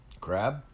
Crab